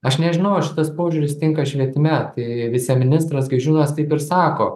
aš nežinau ar šitas požiūris tinka švietime tai viceministras gaižiūnas taip ir sako